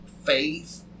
faith